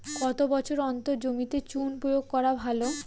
কত বছর অন্তর জমিতে চুন প্রয়োগ করা ভালো?